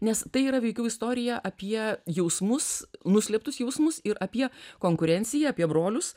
nes tai yra veikiau istorija apie jausmus nuslėptus jausmus ir apie konkurenciją apie brolius